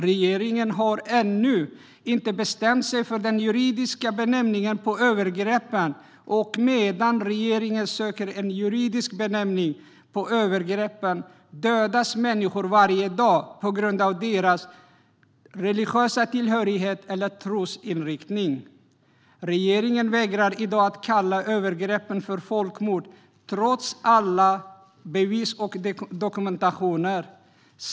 Regeringen har ännu inte bestämt sig för den juridiska benämningen på övergreppen, och medan regeringen söker en juridisk benämning på övergreppen dödas människor varje dag på grund av sin religiösa tillhörighet eller trosinriktning. Regeringen vägrar i dag att kalla övergreppen för folkmord, trots alla bevis och dokumentationer.